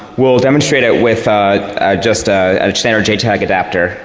we'll demonstrate it with just a standard jtag adapter